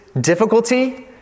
difficulty